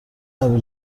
قبیل